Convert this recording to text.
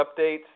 updates